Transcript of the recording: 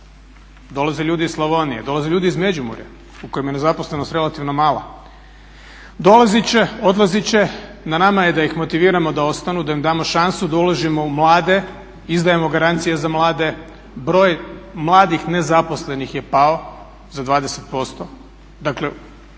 Dolaze ljudi iz Slavonije, dolaze ljudi iz Međimurja u kojoj je nezaposlenost relativno mala. Dolazit će, odlazit će, na nama je da ih motiviramo da ostanu, da im damo šansu, da uložimo u mlade i izdajemo garancije za mlade. Broj mladih nezaposlenih je pao za 20%.